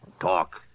talk